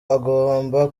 agomba